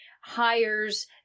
Hires